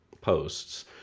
posts